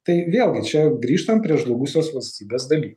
tai vėlgi čia grįžtam prie žlugusios valstybės dalykų